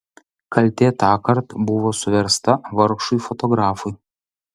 kaltė tąkart buvo suversta vargšui fotografui